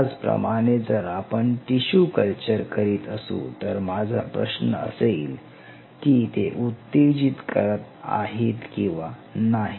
त्याच प्रमाणे जर आपण टिशू कल्चर करीत असू तर माझा प्रश्न असेल की ते उत्तेजीत करत आहेत किंवा नाही